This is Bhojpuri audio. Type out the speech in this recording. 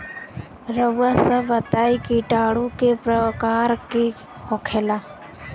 रउआ सभ बताई किटाणु क प्रकार के होखेला?